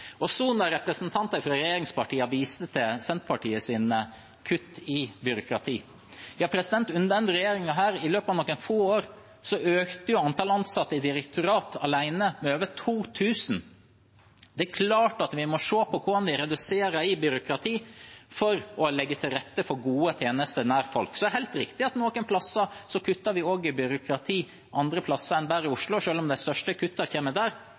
nær folk. Representanter fra regjeringspartiene viste til Senterpartiets kutt i byråkrati. Ja, under denne regjeringen her økte antall ansatte i direktorat alene med over 2 000 i løpet av noen få år. Det er klart at vi må se på hvordan vi reduserer i byråkrati for å legge til rette for gode tjenester nær folk. Det er helt riktig at noen plasser kutter vi også i byråkrati andre plasser enn bare Oslo, selv om de største kuttene kommer der. Men når vi f.eks. kutter med 2,5 mill. kr i